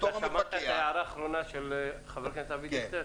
בתוך המפקח --- שמעת את ההערה האחרונה של חבר הכנסת אבי דיכטר?